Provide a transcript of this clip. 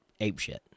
apeshit